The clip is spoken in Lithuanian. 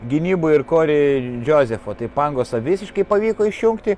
gynyboj ir kori džozefo pangosą visiškai pavyko išjungti